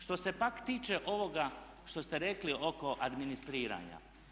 Što se pak tiče ovoga što ste rekli oko administriranja.